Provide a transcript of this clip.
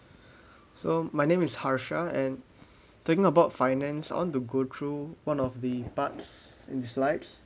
so my name is harsha and talking about finance on the go through one of the parts dislikes